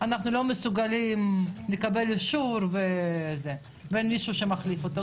אנחנו לא מסוגלים לקבל אישור ואין מישהו שמחליף אותו,